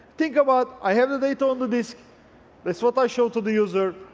think about i have the data on the disc, that's what i show to the user,